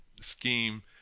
scheme